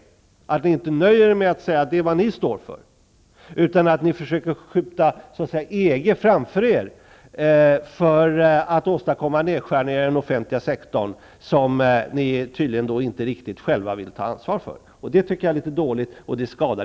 Ni nöjer er inte med att säga att det är vad ni står för, utan ni försöker skjuta EG framför er för att åstadkomma nedskärningar i den offentliga sektorn, nedskärningar som ni själva tydligen inte vill ta ansvar för. Det är litet dåligt, och det skadar